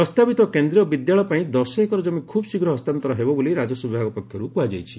ପ୍ରସ୍ତାବିତ କେନ୍ଦୀୟ ବିଦ୍ୟାଳୟ ପାଇଁ ଦଶ ଏକର ଜମି ଖୁବ୍ ଶୀଘ୍ର ହସ୍ତାନ୍ତର ହେବ ବୋଲି ରାଜସ୍ୱ ବିଭାଗ ପକ୍ଷର୍ କୁହାଯାଇଛି